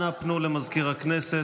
אנא פנו למזכיר הכנסת.